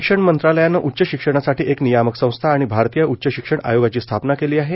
शिक्षण मंत्रालयानं उच्च शिक्षणासाठी एक नियामक संस्था आणि भारतीय उच्च शिक्षण आयोगाची स्थापना केली आहे